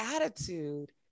attitude